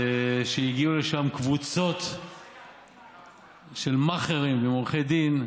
שהגיעו לשם קבוצות של מאכערים עם עורכי דין.